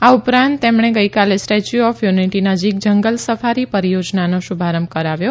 આ ઉપરાંત તેમણે ગઈકાલે સ્ટેય્યુ ઓફ યુનિટી નજીક જંગલ સફારી પરિયોજનાનો શુભારંભ કરાવ્યો